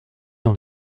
dans